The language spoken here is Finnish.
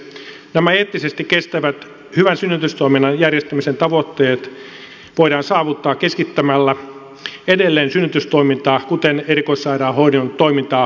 nämä eettisesti kestävät hyvän synnytystoiminnan järjestämisen tavoitteet voidaan saavuttaa keskittämällä edelleen synnytystoimintaa kuten erikoissairaanhoidon toimintaa muutenkin